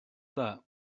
that